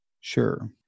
Sure